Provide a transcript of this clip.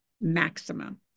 maximum